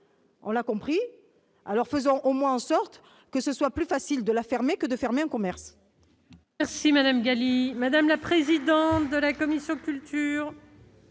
un commerce ; faisons au moins en sorte qu'il soit plus facile de la fermer que de fermer un commerce